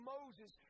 Moses